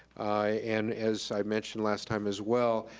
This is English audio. and as i mentioned last time as well,